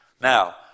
Now